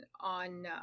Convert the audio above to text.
on